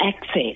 access